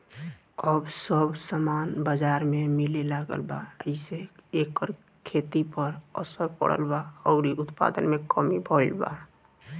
अब सब सामान बजार में मिले लागल बा एसे एकर खेती पर असर पड़ल बा अउरी उत्पादन में कमी भईल बा